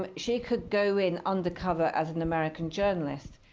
but she could go in undercover as an american journalist,